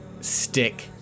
Stick